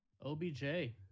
OBJ